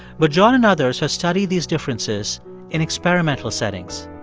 but john and others have studied these differences in experimental settings.